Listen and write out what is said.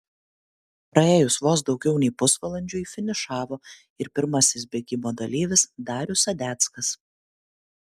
praėjus vos daugiau nei pusvalandžiui finišavo ir pirmasis bėgimo dalyvis darius sadeckas